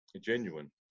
genuine